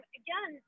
again